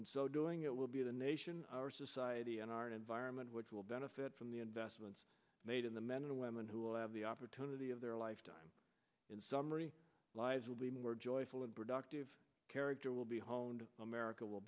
in so doing it will be the nation our society and our environment which will benefit from the investments made in the men and women who will have the opportunity of their lifetime in summary lives will be more joyful and productive character will be honed america will